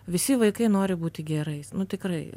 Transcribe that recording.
visi vaikai nori būti gerais nu tikrai